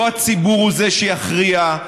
לא הציבור הוא שיכריע,